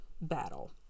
battle